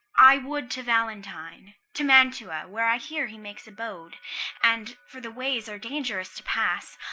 i would to valentine, to mantua, where i hear he makes abode and, for the ways are dangerous to pass,